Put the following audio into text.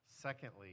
Secondly